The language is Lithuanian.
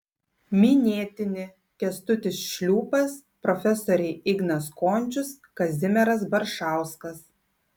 minėtini kęstutis šliūpas profesoriai ignas končius kazimieras baršauskas